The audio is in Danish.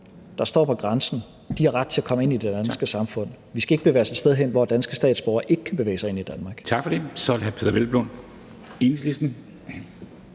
der står på grænsen, har ret til at komme ind i det danske samfund. Vi skal ikke bevæge os et sted hen, hvor danske statsborgere ikke kan bevæge sig ind i Danmark.